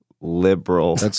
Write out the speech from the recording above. liberal